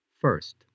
first